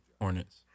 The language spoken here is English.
Hornets